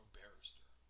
barrister